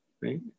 right